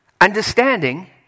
Understanding